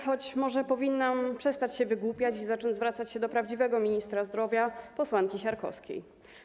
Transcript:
Choć może powinnam przestać się wygłupiać i zacząć zwracać się do prawdziwego ministra zdrowia - posłanki Siarkowskiej.